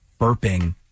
burping